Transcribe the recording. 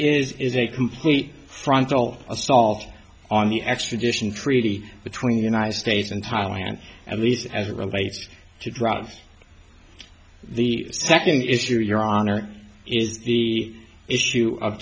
is is a complete frontal assault on the extradition treaty between the united states and thailand at least as it relates to drugs the second is to your honor is the issue of